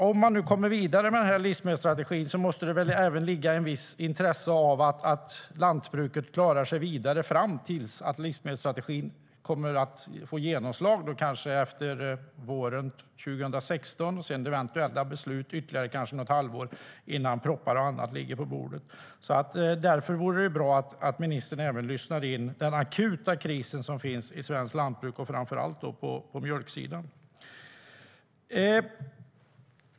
Om man kommer vidare med livsmedelsstrategin måste det väl finnas ett visst intresse av att lantbruket klarar sig tills livsmedelsstrategin får genomslag, kanske efter våren 2016, och sedan efter eventuella ytterligare beslut, med något halvår innan propositioner och annat ligger på bordet. Därför vore det bra om ministern även lyssnade in den akuta kris som finns i svenskt lantbruk, framför allt på mjölksidan.